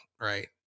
right